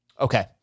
Okay